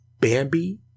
Bambi